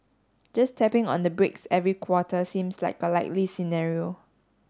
just tapping on the brakes every quarter seems like a likely scenario